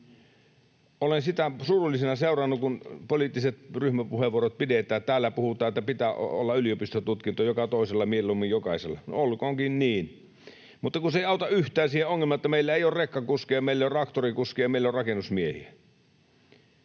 Olen sitä surullisena seurannut, kun poliittiset ryhmäpuheenvuorot pidetään. Täällä puhutaan, että pitää olla yliopistotutkinto joka toisella, mieluummin jokaisella. Olkoonkin niin, mutta se ei auta yhtään siihen ongelmaan, että meillä ei ole rekkakuskeja, meillä ei ole traktorikuskeja, meillä ei ole rakennusmiehiä.